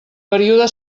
període